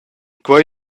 quei